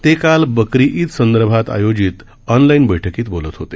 ते काल बकरी ईद संदर्भात आयोजित ऑनलाईन बैठकीत बोलत होते